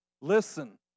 listen